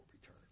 return